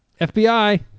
FBI